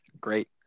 Great